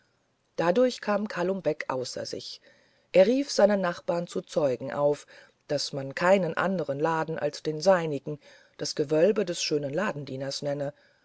dadurch kam kalum beck außer sich er rief seine nachbarn zu zeugen auf daß man keinen andern laden als den seinigen das gewölbe des schönen ladendieners nenne